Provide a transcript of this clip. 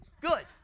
good